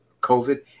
COVID